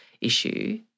issue